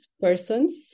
persons